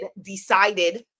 decided